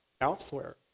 elsewhere